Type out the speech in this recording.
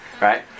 right